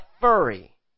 furry